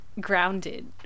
grounded